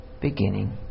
beginning